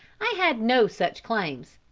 i had no such claims.